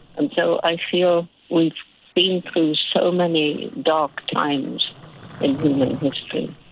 and so i feel we've been through so many dark times in human history,